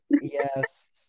Yes